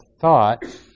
thought